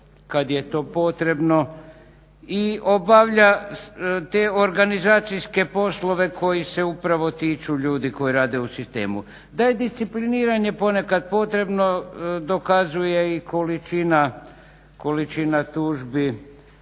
kad je to potrebno i obavlja te organizacijske poslove koji se upravo tiču ljudi koji rade u sistemu. Da je discipliniranje ponekad potrebno dokazuje i količina tužbi